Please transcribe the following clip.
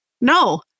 no